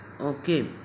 Okay